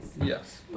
Yes